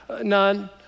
None